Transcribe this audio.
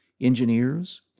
engineers